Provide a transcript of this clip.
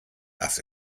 ass